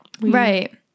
Right